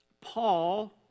Paul